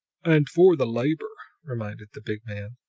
and for the labor, reminded the big man,